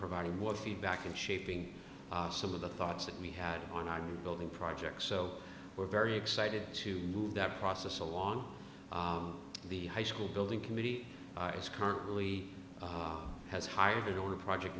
providing more feedback and shaping some of the thoughts that we had on our building projects so we're very excited to move that process along the high school building committee is currently has hired on a project